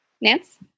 Nance